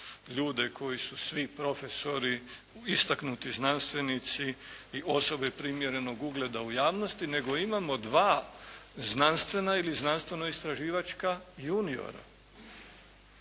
ljude koji su svi profesori istaknuti znanstvenici i osobe primjerenog ugleda u javnosti, nego imamo dva znanstvena ili znanstveno-istraživačka juniora.